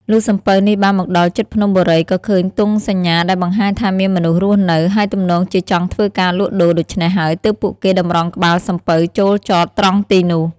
លុះសំពៅនេះបានមកដល់ជិតភ្នំបូរី ក៏ឃើញទង់សញ្ញាដែលបង្ហាញថាមានមនុស្សរស់នៅ ហើយទំនងជាចង់ធ្វើការលក់ដូរ ដូច្នេះហើយទើបពួកគេតម្រង់ក្បាលសំពៅចូលចតត្រង់ទីនោះ។